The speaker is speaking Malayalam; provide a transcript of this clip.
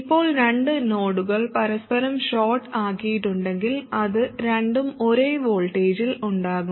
ഇപ്പോൾ രണ്ട് നോഡുകൾ പരസ്പരം ഷോർട്ട് ആക്കിയിട്ടുണ്ടെങ്കിൽ അത് രണ്ടും ഒരേ വോൾട്ടേജിൽ ഉണ്ടാകും